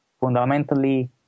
fundamentally